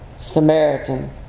Samaritan